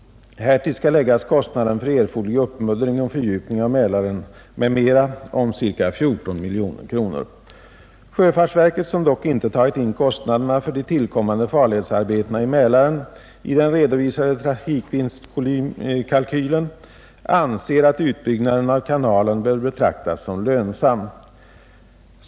Härtill skall läggas kostnaden för erforderlig uppmuddring och fördjupning av Mälaren m.m. om ca 14 milj.kr.nor. Sjöfartsverket, som dock inte tagit in kostnaderna för de tillkommande farledsarbetena i Mälaren i den redovisade trafikvinstkalkylen, anser att utbyggnaden av kanalen bör betraktas som lönsam.